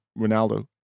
Ronaldo